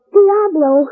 Diablo